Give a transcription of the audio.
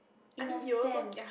in a sense